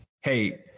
Hey